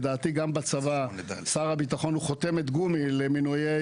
לדעתי גם בצבא שר הביטחון הוא חותמת גומי לגבי מינויי